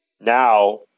Now